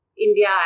India